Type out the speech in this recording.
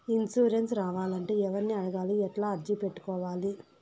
Insurance రావాలంటే ఎవర్ని అడగాలి? ఎట్లా అర్జీ పెట్టుకోవాలి?